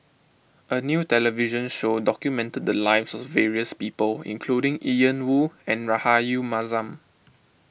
a new television show documented the lives of various people including Ian Woo and Rahayu Mahzam